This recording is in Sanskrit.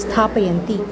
स्थापयन्ति